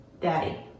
daddy